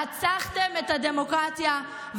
רצחתם את הדמוקרטיה,